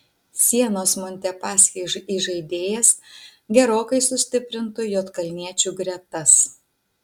sienos montepaschi įžaidėjas gerokai sustiprintų juodkalniečių gretas